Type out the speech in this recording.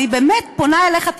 אני באמת פונה אליך,